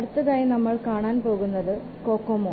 അടുത്തതായി നമ്മൾ കാണാൻ പോകുന്നതാണ് കൊക്കോമോ